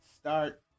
Start